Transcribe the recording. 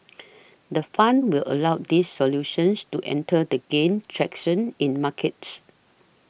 the fund will allow these solutions to enter the gain traction in markets